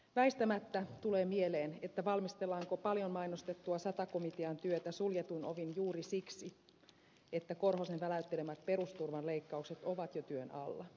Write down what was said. väistämättä tulee mieleen valmistellaanko paljon mainostettua sata komitean työtä suljetuin ovin juuri siksi että korhosen väläyttelemät perusturvan leikkaukset ovat jo työn alla